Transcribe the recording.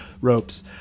ropes